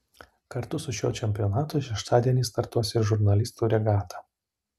kartu su šiuo čempionatu šeštadienį startuos ir žurnalistų regata